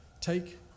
take